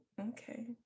okay